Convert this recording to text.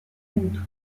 une